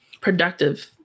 productive